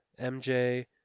MJ